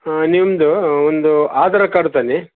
ಹಾಂ ನಿಮ್ಮದು ಒಂದು ಆಧಾರ್ ಕಾರ್ಡ್ ತನ್ನಿ